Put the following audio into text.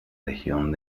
región